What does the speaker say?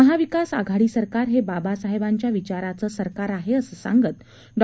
महाविकास आघाडी सरकार हे बाबासाहेबांच्या विचाराचं सरकार आहे असं सांगत डॉ